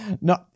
No